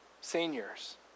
seniors